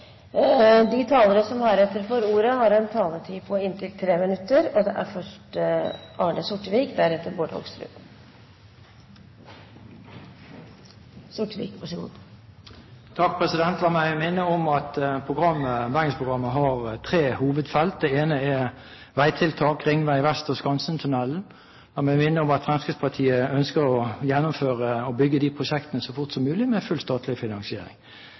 De talere som heretter får ordet, har en taletid på inntil 3 minutter. La meg minne om at Bergensprogrammet har tre hovedfelt. Det ene er veitiltak, Ringveg vest og Skansentunnelen. La meg minne om at Fremskrittspartiet ønsker å gjennomføre og bygge de prosjektene så fort som mulig med full statlig finansiering.